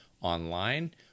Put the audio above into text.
online